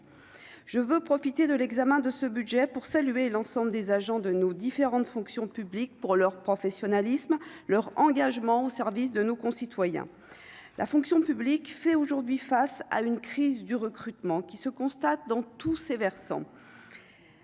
je veux profiter de l'examen de ce budget pour saluer l'ensemble des agents de nos différentes fonctions publiques pour leur professionnalisme, leur engagement au service de nos concitoyens, la fonction publique fait aujourd'hui face à une crise du recrutement qui se constate dans tous ses versants.